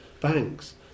banks